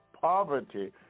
Poverty